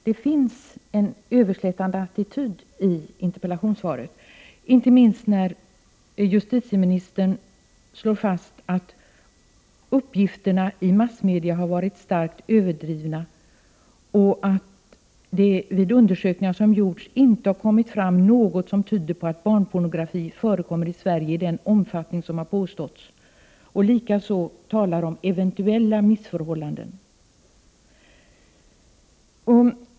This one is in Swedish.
Där finns det en överslätande attityd, inte minst när justitieministern slår fast att uppgifterna i massmedierna har varit starkt överdrivna och att det vid de undersökningar | som gjorts inte har kommit fram något som tyder på att barnpornografi förekommer i Sverige i den omfattning som har påståtts, likaså när | justitieministern talar om ”eventuella missförhållanden”.